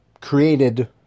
created